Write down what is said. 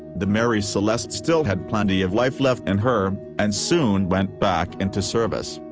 the mary celeste still had plenty of life left in her, and soon went back into service.